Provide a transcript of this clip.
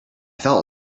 felt